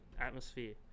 atmosphere